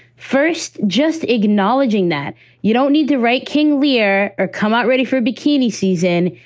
first, just acknowledging that you don't need to write king lear or come out ready for bikini season.